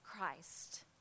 Christ